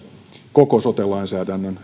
koko sote lainsäädännön